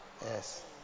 yes